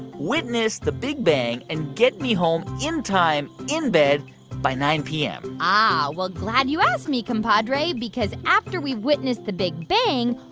witness the big bang and get me home in time in bed by nine p m? ah. well, glad you asked me, compadre, because after we witness the big bang,